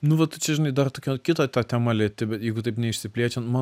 nu vat tu čia žinai dar tokią kitą tą temą lieti bet jeigu taip neišsiplėčiant man